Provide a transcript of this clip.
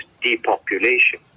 depopulation